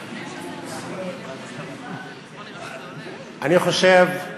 אני חושב,